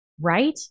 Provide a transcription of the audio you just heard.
right